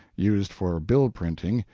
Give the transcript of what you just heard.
used for bill-printing,